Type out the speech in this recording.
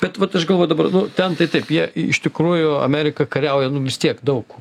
bet vat aš galvoju dabar nu ten tai taip jie iš tikrųjų amerika kariauja nu vis tiek daug